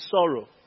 sorrow